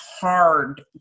hard